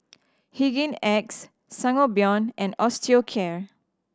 Hygin X Sangobion and Osteocare